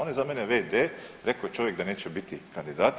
On je za mene v.d. Rekao je čovjek da neće biti kandidat.